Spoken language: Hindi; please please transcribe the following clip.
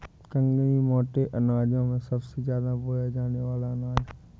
कंगनी मोटे अनाजों में सबसे ज्यादा बोया जाने वाला अनाज है